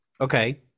okay